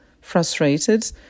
frustrated